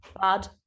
Bad